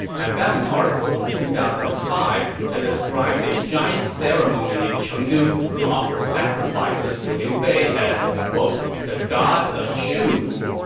i found an article from two thousand and five that described a giant ceremony in chengdu to offer sacrifices to liu bei as, quote, the god of shoes.